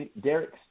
Derek